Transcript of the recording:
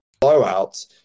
blowouts